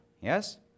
yes